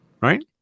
Right